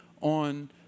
on